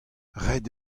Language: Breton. ret